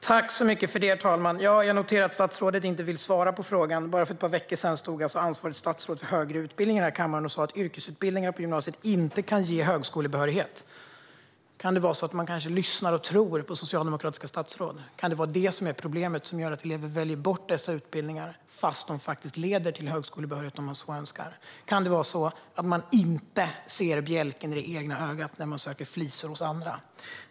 Herr talman! Jag noterar att statsrådet inte vill svara på frågan. Bara för ett par veckor sedan stod alltså ansvarigt statsråd för högre utbildning här i kammaren och sa att yrkesutbildningar på gymnasiet inte kan ge högskolebehörighet. Kan det vara så att man lyssnar och tror på socialdemokratiska statsråd? Kan det vara det som är problemet som gör att elever väljer bort dessa utbildningar trots att de faktiskt leder till högskolebehörighet om man så önskar? Kan det vara så att man inte ser bjälken i det egna ögat när man söker flisor i andras?